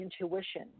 intuition